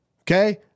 Okay